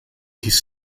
his